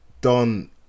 Don